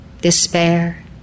despair